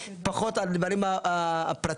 ופחות על הפרטיים.